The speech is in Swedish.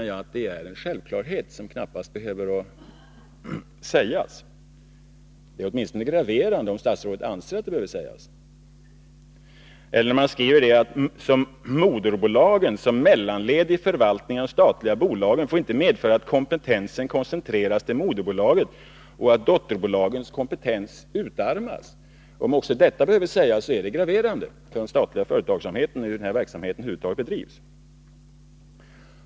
I Det är enligt min mening en självklarhet, som knappast behöver sägas. Om statsrådet anser att det behöver sägas är det graverande. Statsrådet skriver också att ”moderbolag som mellanled i förvaltningen av de statliga bolagen får inte medföra att kompetensen koncentreras till moderbolaget och att dotterbolagens kompetens utarmas”. Om även detta behöver sägas är det graverande för hur verksamheten inom den statliga företagsamheten bedrivs.